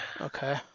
Okay